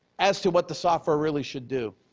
as to what the software really should do,